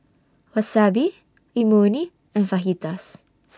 Wasabi Imoni and Fajitas